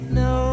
no